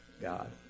God